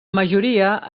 majoria